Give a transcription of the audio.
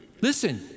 Listen